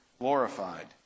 glorified